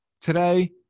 Today